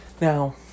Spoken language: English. Now